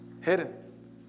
hidden